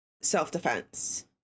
self-defense